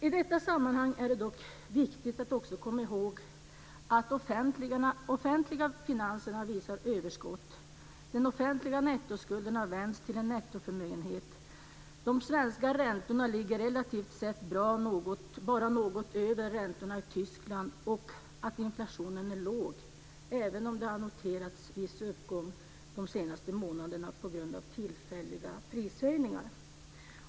I detta sammanhang är det dock viktigt att också komma ihåg att de offentliga finanserna har visat ett överskott. Den offentliga nettoskulden har vänts till en nettoförmögenhet. De svenska räntorna ligger relativt sett bra, bara något över räntorna i Tyskland. Inflationen är låg, även om det har noterats en viss uppgång under de senaste månaderna på grund av tillfälliga prishöjningar.